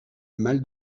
mal